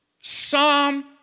Psalm